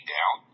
Down